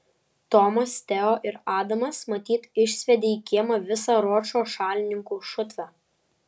tomas teo ir adamas matyt išsviedė į kiemą visą ročo šalininkų šutvę